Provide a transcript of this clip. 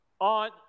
on